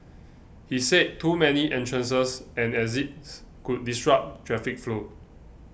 he said too many entrances and exits could disrupt traffic flow